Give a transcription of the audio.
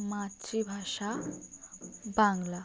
মাতৃভাষা বাংলা